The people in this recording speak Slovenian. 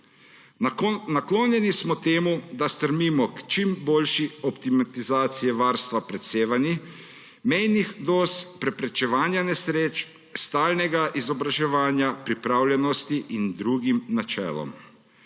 Naklonjeni smo temu, da stremimo k čim boljši optimatizaciji varstva pred sevanji, mejnih doz, preprečevanja nesreč, stalnega izobraževanja, pripravljenosti in drugim načelom.